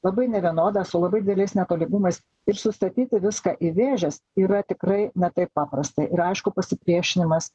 labai nevienodą labai didelis netolygumais ir sustatyti viską į vėžes yra tikrai ne taip paprasta ir aišku pasipriešinimas